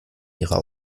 ihrer